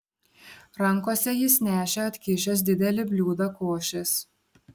rankose jis nešė atkišęs didelį bliūdą košės